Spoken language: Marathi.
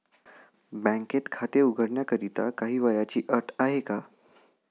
बँकेत खाते उघडण्याकरिता काही वयाची अट आहे का?